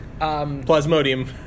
Plasmodium